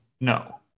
no